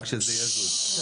רק שזה יזוז.